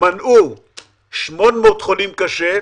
מנעו 800 חולים קשה,